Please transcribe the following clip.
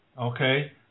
Okay